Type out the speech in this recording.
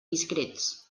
discrets